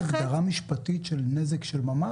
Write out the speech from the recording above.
יש הגדרה משפטית לנזק של ממש?